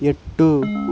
எட்டு